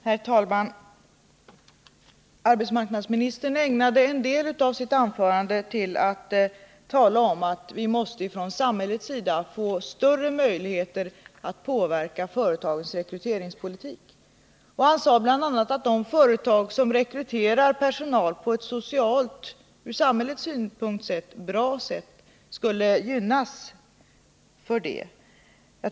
Herr talman! Arbetsmarknadsministern ägnade en del av sitt anförande till att tala om att vi från samhällets sida måste få större möjligheter att påverka företagens rekryteringspolitik. Han sade bl.a. att de företag som rekryterar personal på ett socialt och från samhällets synpunkt bra sätt skall gynnas för detta.